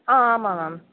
ஆ ஆமாம் மேம்